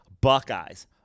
Buckeyes